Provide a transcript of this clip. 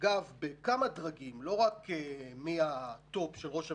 אגב, בכמה דרגים, לא רק מהטופ של ראש הממשלה,